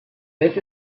this